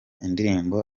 indirimbo